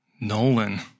Nolan